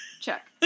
Check